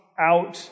out